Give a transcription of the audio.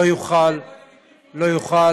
לא יוכל